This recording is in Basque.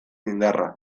indarra